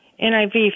NIV